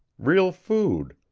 real food,